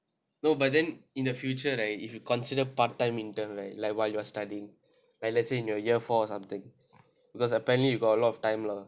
no but then in the future right if you consider part time intern right like while you are studying like let's say in your year four or something because apparently you got a lot of time lah